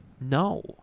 no